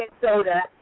soda